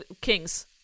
Kings